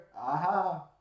Aha